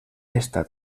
estat